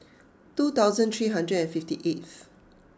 two thousand three hundred and fifty eighth